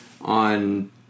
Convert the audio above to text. on